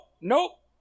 Nope